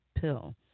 pill